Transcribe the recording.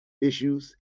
issues